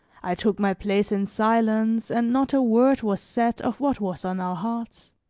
i took my place in silence, and not a word was said of what was on our hearts.